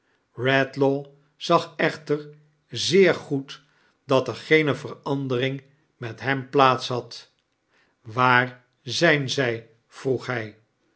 zag eohter zeer goed dat er geene verandering met hem plaats had waar zijn zij vroeg hij